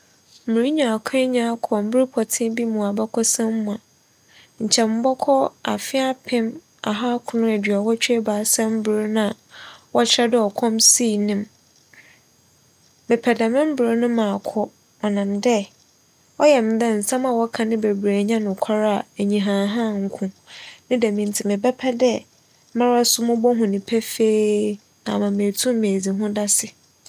Merenya akwanya akͻ ber pͻtsee bi mu wͻ abakͻsɛm mu a, nkyɛ mobͻkͻ afe apem aha akron eduowͻtwe ebiasa mber na wͻkyerɛ dɛ ͻkͻm sii no mu. Mepɛ dɛm mber no makͻ ͻnam dɛ ͻyɛ me dɛ nsɛm a wͻka no beberee nnyɛ nokwar a enyihaahaa nko. Ne dɛm ntsi mebɛpɛ dɛ mara so mobohu no pefee ama meetum edzi ho dase.